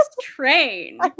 train